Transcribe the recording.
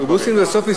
האוטובוסים בסוף ייסעו,